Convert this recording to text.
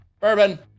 Bourbon